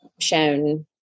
shown